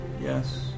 Yes